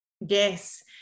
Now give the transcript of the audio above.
Yes